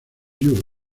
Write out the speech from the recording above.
you